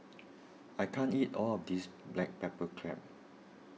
I can't eat all of this Black Pepper Crab